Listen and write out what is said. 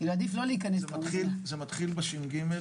זה מתחיל בש.ג.